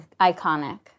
Iconic